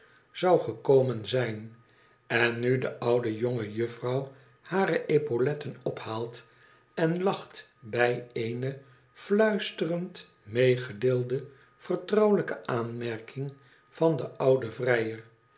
zou gekomen zijn en nu de oude jonge juffrouw hare epauletten ophaalt en lacht bij eene fluisterend meegedeelde vertrouwelijke aanmerking van den ouden vrijer